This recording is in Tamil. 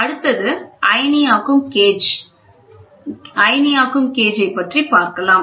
அடுத்தது அயனியாக்கம் கேஜ் யைப் பற்றி பார்க்கலாம்